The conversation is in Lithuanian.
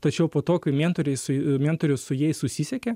tačiau po to kai mentoriai su mentorius su jais susisiekia